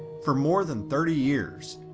for more than thirty years,